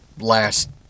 last